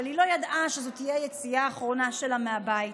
אבל היא לא ידעה שזו תהיה היציאה האחרונה שלה מהבית.